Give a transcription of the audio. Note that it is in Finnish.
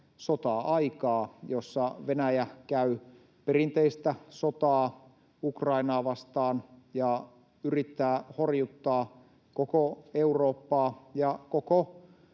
sota-aikaa, jossa Venäjä käy perinteistä sotaa Ukrainaa vastaan ja yrittää horjuttaa koko Eurooppaa ja koko